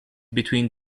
between